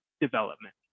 development